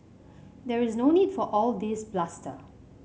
there is no need for all this bluster